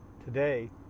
Today